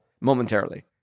momentarily